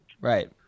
Right